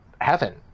heaven